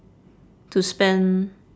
to spend